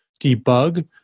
debug